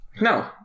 No